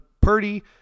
Purdy